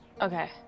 Okay